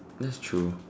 that's true